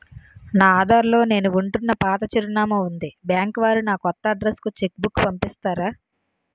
నా ఆధార్ లో నేను ఉంటున్న పాత చిరునామా వుంది బ్యాంకు వారు నా కొత్త అడ్రెస్ కు చెక్ బుక్ పంపిస్తారా?